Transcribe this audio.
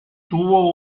tuvo